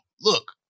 look